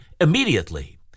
immediately